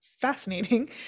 fascinating